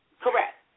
Correct